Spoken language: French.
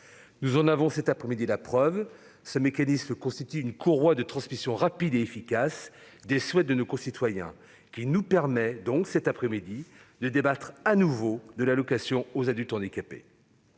Nous en avons cet après-midi la preuve : ce mécanisme constitue une courroie de transmission rapide et efficace des souhaits de nos concitoyens qui nous permet cet après-midi de débattre à nouveau de l'allocation aux adultes handicapés.